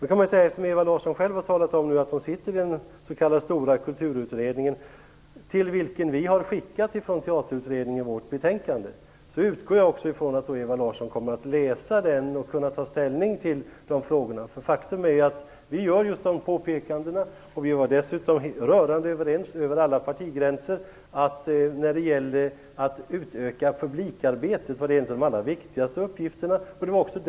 Eftersom Ewa Larsson själv har talat om att hon sitter i den s.k. stora kulturutredningen, till vilken vi från Teaterutredningen har skickat vårt betänkande, utgår jag också från att Ewa Larsson kommer att läsa det betänkandet för att kunna ta ställning till de här frågorna. Faktum är att vi gör just de påpekandena. Vi var dessutom, över alla partigränser, rörande överens om att en av de allra viktigaste uppgifterna var att utöka publikarbetet.